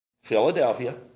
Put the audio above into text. Philadelphia